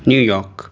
New York